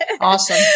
Awesome